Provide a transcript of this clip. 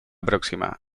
próxima